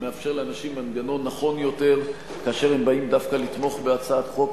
זה מאפשר לאנשים מנגנון נכון יותר כאשר הם באים דווקא לתמוך בהצעת חוק,